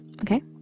okay